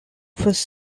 first